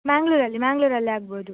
ಮ್ಯಾಂಗ್ಳೂರಲ್ಲಿ ಮ್ಯಾಂಗ್ಳೂರಲ್ಲಿ ಆಗ್ಬೋದು